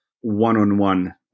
one-on-one